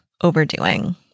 overdoing